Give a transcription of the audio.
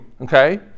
okay